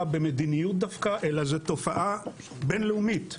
במדיניות דווקא אלא זו תופעה בין-לאומית.